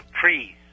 trees